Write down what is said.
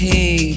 Hey